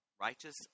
righteous